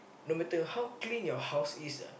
no matter how clean your house is ah